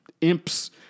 imps